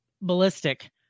ballistic